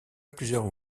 plusieurs